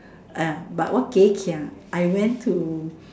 uh but wa geh kiang I went to